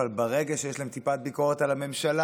אבל ברגע שיש להם טיפת ביקורת על הממשלה